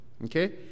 Okay